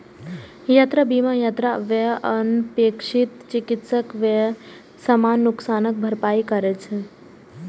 यात्रा बीमा यात्रा व्यय, अनपेक्षित चिकित्सा व्यय, सामान नुकसानक भरपाई करै छै